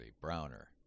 browner